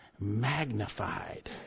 magnified